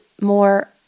more